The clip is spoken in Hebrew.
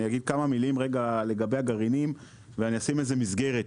אני אגיד כמה מילים לגבי הגרעינים ואני אשים לזה מסגרת.